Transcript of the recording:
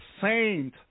saint